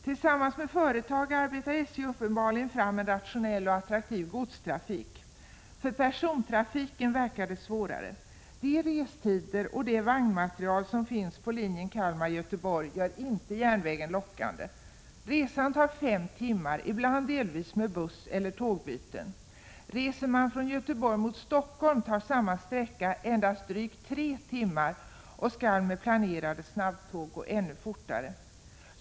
Tillsammans med företag arbetar SJ uppenbarligen fram en rationell och attraktiv godstrafik. För persontrafiken verkar det vara svårare. De restider och det vagnmaterial som finns på linjen Kalmar-Göteborg gör inte järnvägen lockande. Resan tar fem timmar, ibland delvis med buss eller tågbyten. Reser man från Göteborg mot Stockholm tar samma sträcka endast drygt tre timmar och skall med planerade snabbtåg gå ännu fortare.